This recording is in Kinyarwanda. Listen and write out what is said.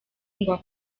ngo